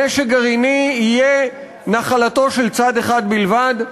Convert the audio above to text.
נשק גרעיני יהיה נחלתו של צד אחד בלבד?